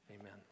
Amen